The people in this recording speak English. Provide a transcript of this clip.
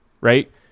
right